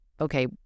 Okay